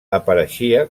apareixia